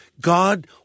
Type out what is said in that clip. God